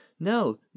No